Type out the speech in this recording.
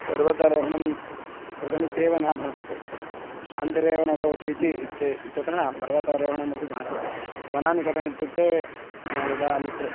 पर्वतारोहणं कृतमित्येव न भासते शान्तिरेव न भवति इति इति इत्यतः पर्वतरोहणमपि भासते वनानि कथमित्युक्ते यदा मित्रे